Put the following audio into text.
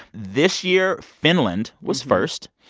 this year, finland was first.